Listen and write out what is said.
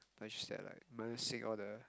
but just that like minusing all the